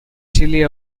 chilly